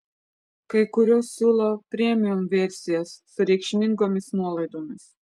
kai kurios siūlo premium versijas su reikšmingomis nuolaidomis